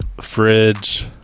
fridge